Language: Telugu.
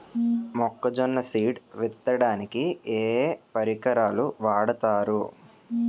మొక్కజొన్న సీడ్ విత్తడానికి ఏ ఏ పరికరాలు వాడతారు?